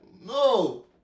No